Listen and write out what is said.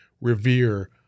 revere